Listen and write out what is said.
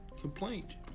complaint